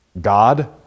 God